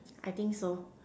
I think so